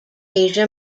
asia